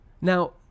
Now